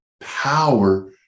power